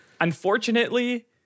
Unfortunately